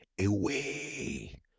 away